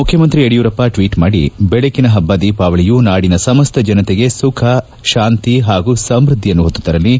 ಮುಖ್ಯಮಂತ್ರಿ ಯಡಿಯೂರಪ್ಪ ಟ್ವೀಟ್ ಮಾಡಿ ಬೆಳಕಿನ ಹಬ್ಬ ದೀಪಾವಳಿಯು ನಾಡಿನ ಸಮಸ್ತ ಜನತೆಗೆ ಸುಖ ಶಾಂತಿ ಹಾಗೂ ಸಮೃದ್ದಿಯನ್ನು ಹೊತ್ತು ತರಲಿ